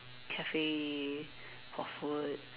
cafe for food